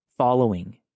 following